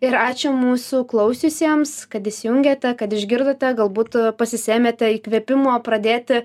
ir ačiū mūsų klausiusiems kad įsijungėte kad išgirdote galbūt pasisėmėte įkvėpimo pradėti